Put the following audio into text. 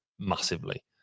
Massively